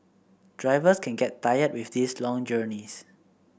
drivers can get tired with these long journeys